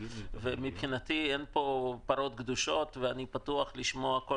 מבחינתי אין פרות קדושות ואני פתוח לשמוע כל